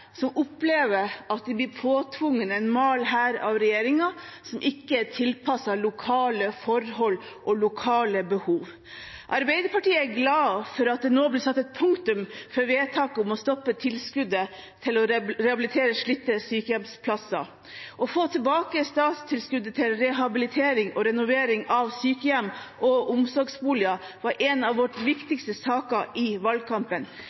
opplever at de blir påtvunget en mal fra regjeringen som ikke er tilpasset lokale forhold og lokale behov. Arbeiderpartiet er glade for at det nå blir satt et punktum for vedtaket om å stoppe tilskuddet til å rehabilitere slitte sykehjemsplasser. Å få tilbake statstilskuddet til rehabilitering og renovering av sykehjem og omsorgsboliger var en av våre viktigste saker i valgkampen.